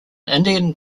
indian